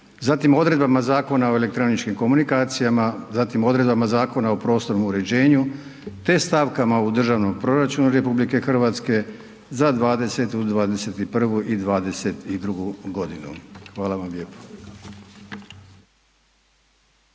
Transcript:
zatim odredbama Zakona o elektroničkim komunikacijama zatim odredbama Zakona o prostornom uređenju te stavkama u državnom proračunu RH za 2020., 2021. i 2022. godinu. Hvala vam lijepo.